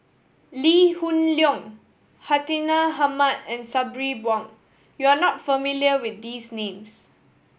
Lee Hoon Leong Hartinah Ahmad and Sabri Buang you are not familiar with these names